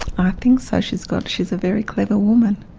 i think so, she's got. she's a very clever woman,